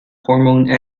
hormone